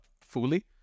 fully